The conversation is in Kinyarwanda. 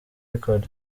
record